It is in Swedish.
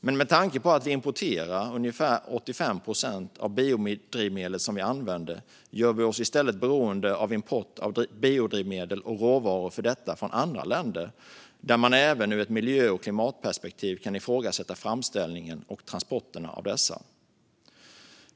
Men med tanke på att vi importerar ungefär 85 procent av biodrivmedel som vi använder gör vi oss i stället beroende av import av biodrivmedel och råvaror för detta från andra länder, där man även ur ett miljö och klimatperspektiv kan ifrågasätta framställningen och transporterna av dessa.